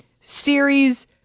series